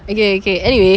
okay okay anyway